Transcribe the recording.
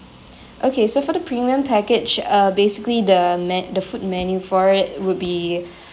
okay so for the premium package uh basically the me~ the food menu for it would be